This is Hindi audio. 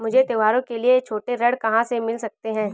मुझे त्योहारों के लिए छोटे ऋण कहाँ से मिल सकते हैं?